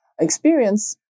experience